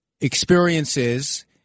experiences –